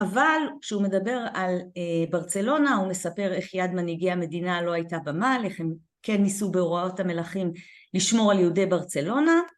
אבל כשהוא מדבר על ברצלונה הוא מספר איך יד מנהיגי המדינה לא הייתה במעל, איך הם כן ניסו בהוראות המלכים לשמור על יהודי ברצלונה